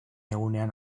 egunean